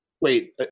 Wait